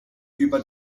über